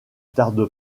tarde